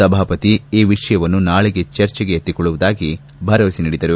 ಸಭಾಪತಿ ಈ ವಿಷಯವನ್ನು ನಾಳೆ ಚರ್ಚೆಗೆ ಎತ್ತಿಕೊಳ್ಳುವುದಾಗಿ ಭರವಸೆ ನೀಡಿದರು